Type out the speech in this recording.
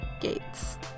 gates